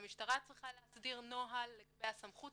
שהמשטרה צריכה להסדיר נוהל לגבי הסמכות